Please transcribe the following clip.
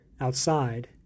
outside